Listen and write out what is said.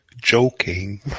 Joking